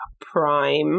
prime